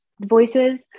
voices